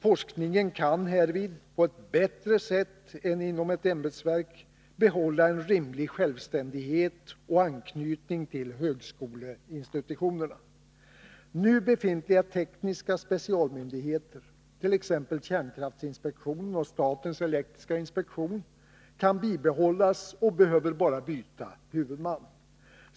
Forskningen kan härvid, på ett bättre sätt än inom ett ämbetsverk, behålla en rimlig självständighet och anknytning till högskoleinstitutionerna. Nu befintliga tekniska specialmyndigheter — t.ex. kärnkraftsinspektionen och statens elektriska inspektion — kan bibehållas och behöver bara byta huvudman.